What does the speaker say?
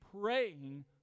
praying